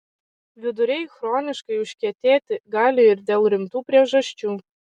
viduriai chroniškai užkietėti gali ir dėl rimtų priežasčių